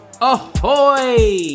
Ahoy